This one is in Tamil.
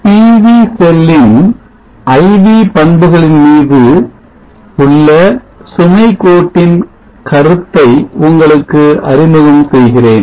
PV செல்லின் IV பண்புகளின் மீது உள்ள சுமை கோட்டின் கருத்தை உங்களுக்கு அறிமுகம் செய்கிறேன்